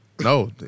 No